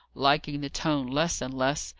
liking the tone less and less,